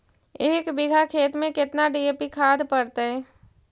एक बिघा खेत में केतना डी.ए.पी खाद पड़तै?